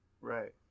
Right